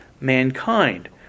mankind